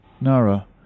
Nara